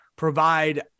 provide